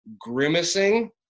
grimacing